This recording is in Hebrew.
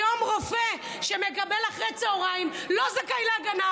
היום רופא שמקבל אחרי הצוהריים לא זכאי להגנה,